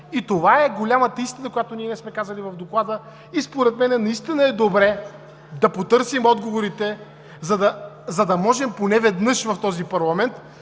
и това е голямата истина, която ние не сме казали в Доклада. Според мен наистина е добре да потърсим отговорите, за да можем поне веднъж в този парламент